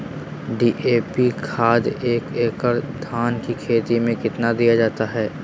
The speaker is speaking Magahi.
डी.ए.पी खाद एक एकड़ धान की खेती में कितना दीया जाता है?